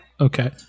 Okay